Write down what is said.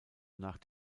nach